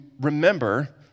remember